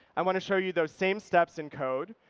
i want to show you the same steps in code.